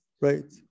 right